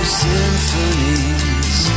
symphonies